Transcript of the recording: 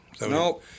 no